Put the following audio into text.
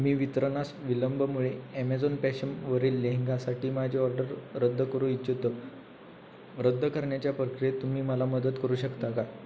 मी वितरणास विलंबमुळे ॲमेझॉन पॅशमवरील लेहंगासाठी माझे ऑर्डर रद्द करू इच्छितो रद्द करण्याच्या प्रक्रियेत तुम्ही मला मदत करू शकता का